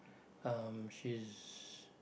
um she's